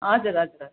हजुर हजुर